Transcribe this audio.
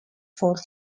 four